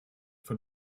von